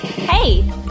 Hey